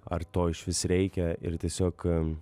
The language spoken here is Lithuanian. ar to išvis reikia ir tiesiog